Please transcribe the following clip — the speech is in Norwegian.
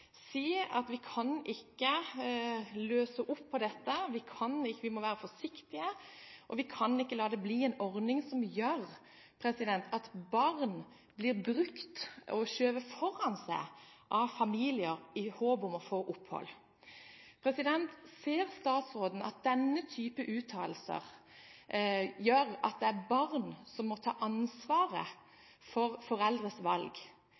at vi ikke kan løse opp i dette: Vi må være forsiktige. Vi kan ikke la det bli en ordning som fører til at barn blir brukt av familier – blir skjøvet foran – i håp om å få opphold. Ser statsråden at denne type uttalelser fører til at barn må ta ansvaret for foreldres valg?